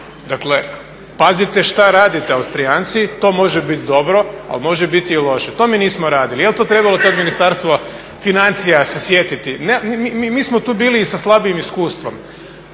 Dakle pazite šta radite Austrijanci to može biti dobro ali može biti i loše. To mi nismo radili. Jel to trebalo tada Ministarstvo financija s sjetiti, mi smo tu bili sa slabim iskustvom.